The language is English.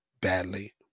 badly